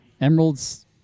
Emeralds